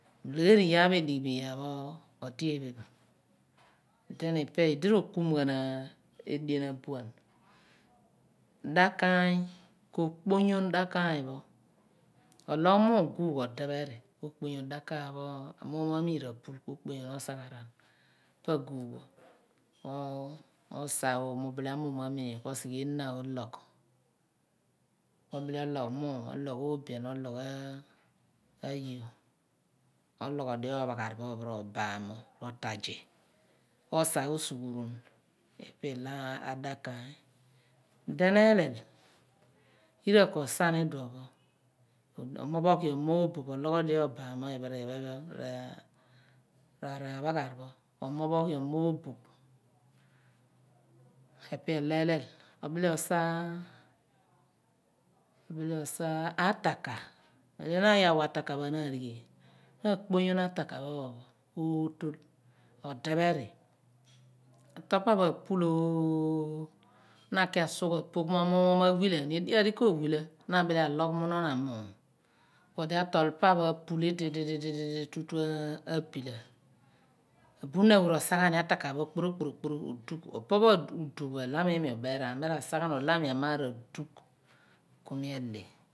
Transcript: Mi ulegher iyaar pho elighi bo iyaar pho odi eephe bo then ipe pho uh rokum ghan edien abuan dakaany ko kponyon dakaany pho owgh muum guugh odepheri ku oponyon dakaany pho ologh mem di amuum mo ma mii gh r apul ku okponyon osagharan pa aguughpho ku osa obel amuum mo amineen ku ogbi ologhi yogh araar ehna ologh obile ologh muum ologh obian ologh ayo ologhodi ophaghar roobaam mo ro otazi ku osa osughuron ipe ilo adakaany then elel yira k osa ni iduon pho omo phoghiom mooboph oloogh odi oobaam mo ri iphen r iphen ra araphaghar pho omophoghion mooboph epe elo elel obile osa ataka mem lo na aghi awa ataka pho arigheel na akpony on ataka pho ki ootol ku ode pheri atol pa pho apul oooh na aki asugh apoogh ughumo ma wila ni edighi iyaar di ko wila na abile alugh mu non amuum ku odi atol pa pho apul ididididi tutu abila abunin awe rosa gjan ni ataka pho kporokporo opo udugh bo imi u/beeraan mi ra sa ghan ola ami omar adugh ku mi ahle